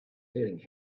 feeling